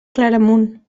claramunt